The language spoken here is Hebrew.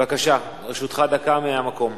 לרשותך דקה מהמקום.